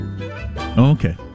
Okay